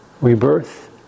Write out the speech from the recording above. rebirth